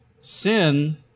Sin